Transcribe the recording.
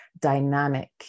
dynamic